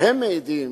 והם מעידים